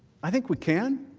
i think we can